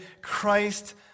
Christ